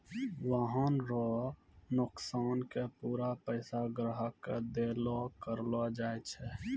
वाहन रो नोकसान के पूरा पैसा ग्राहक के देलो करलो जाय छै